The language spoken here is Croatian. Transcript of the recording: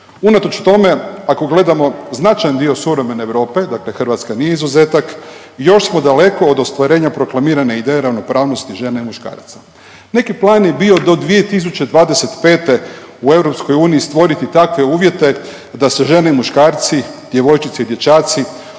Unatoč tome ako gledamo značajan dio suvremene Europe, dakle Hrvatska nije izuzetak, još smo daleko od ostvarenja proklamirane ideje ravnopravnosti žena i muškaraca. Neki plan je bio do 2025. u EU stvoriti takve uvjete da se žene i muškarci, djevojčice i dječaci u